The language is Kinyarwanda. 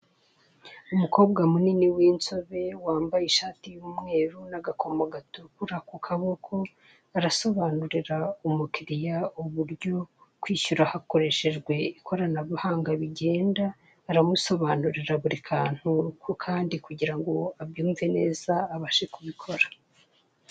Umukobwa munini w'inzobe wambaye ishati y'umweru n'agakomo gatukura ku kaboko, arasobanurira umukiriya uburyo kwishyura hakoreshejwe ikoranabuhanga bigenda. Aramusobanurira buri kantu ku kandi kugira ngo abyumve neza, abashe kubikora.